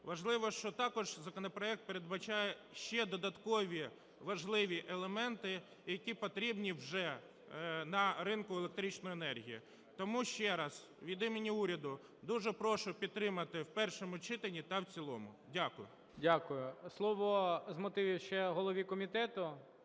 Важливо, що також законопроект передбачає ще додаткові важливі елементи, які потрібні вже на ринку електричної енергії. Тому ще раз від імені уряду дуже прошу підтримати в першому читанні та в цілому. Дякую. ГОЛОВУЮЧИЙ. Дякую. Слово з мотивів ще голові комітету